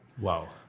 Wow